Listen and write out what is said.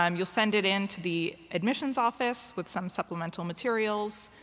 um you'll send it into the admissions office with some supplemental materials.